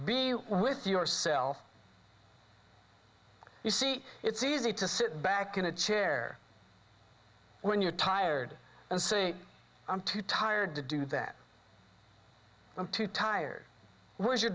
be with yourself you see it's easy to sit back in a chair when you're tired and say i'm too tired to do that i'm too tired where's your